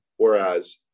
Whereas